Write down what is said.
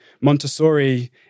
Montessori